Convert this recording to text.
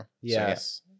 yes